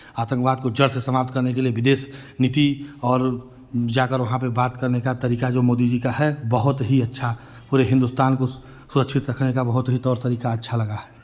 आतंकवाद को जड़ से समाप्त करने के लिए विदेश नीति और जा कर वहाँ पे बात करने का तरीका जो मोदी जी का है बहुत ही अच्छा पूरे हिंदुस्तान को सु सुरक्षित रखने का बहुत ही तौर तरीका अच्छा लगा